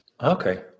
Okay